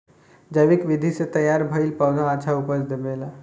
जैविक विधि से तैयार भईल पौधा अच्छा उपज देबेला